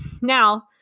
Now